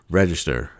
register